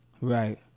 Right